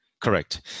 Correct